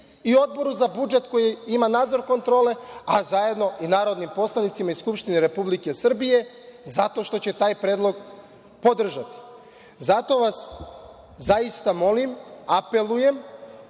i Odboru za budžet koji ima nadzor kontrole, a zajedno i narodnim poslanicima i Skupštini Republike Srbije, zato što će taj predlog podržati. Zato vas zaista molim, apelujem,